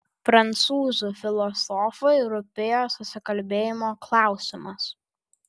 prancūzų filosofui rūpėjo susikalbėjimo klausimas